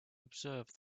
observe